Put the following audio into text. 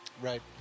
Right